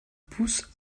pousse